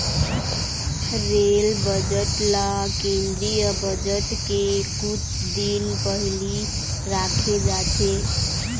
rail budget ल केंद्रीय budget के कुछ दिन पहिली राखे जाथे